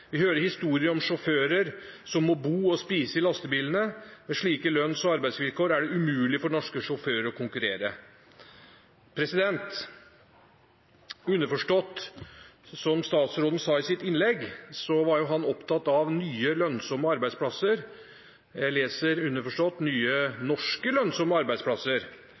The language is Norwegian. Vi hører historier om sjåfører som må bo og spise i lastebilene. Med slike lønns- og arbeidsvilkår er det umulig for norske sjåfører å konkurrere. Statsråden sa i sitt innlegg at han var opptatt av nye lønnsomme arbeidsplasser. Jeg leser – underforstått – nye norske, lønnsomme arbeidsplasser.